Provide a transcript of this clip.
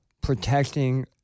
protecting